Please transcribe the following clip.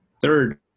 third